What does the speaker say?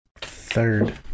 third